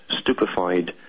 stupefied